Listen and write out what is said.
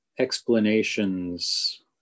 Explanations